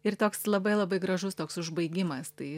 ir toks labai labai gražus toks užbaigimas tai